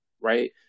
right